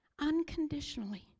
unconditionally